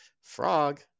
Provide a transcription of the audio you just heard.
frog